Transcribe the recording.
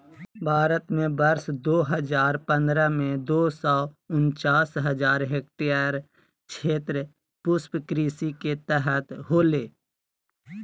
भारत में वर्ष दो हजार पंद्रह में, दो सौ उनचास हजार हेक्टयेर क्षेत्र पुष्पकृषि के तहत होले